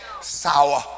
sour